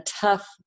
tough